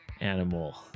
animal